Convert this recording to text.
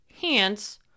hands